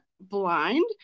blind